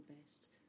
best